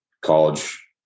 college